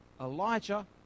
Elijah